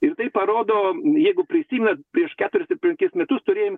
ir tai parodo jeigu prisimenat prieš keturis ir penkis metus turėjom